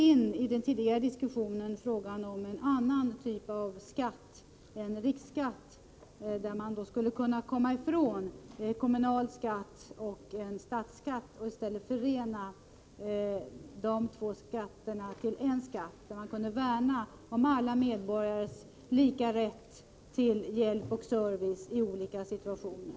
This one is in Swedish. I den tidigare diskussionen förde jag in frågan om en annan typ av skatt, en riksskatt, där man skulle kunna komma ifrån uppdelningen i kommunal skatt och statsskatt, där man skulle förena de två skatterna till en skatt, där man kunde värna om alla medborgares lika rätt till hjälp och service i olika situationer.